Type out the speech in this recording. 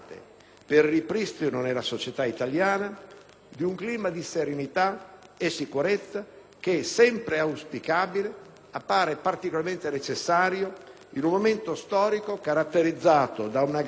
di un clima di serenità e sicurezza, sempre auspicabile e che appare particolarmente necessario in un momento storico caratterizzato da una gravissima congiuntura economica mondiale,